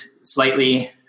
slightly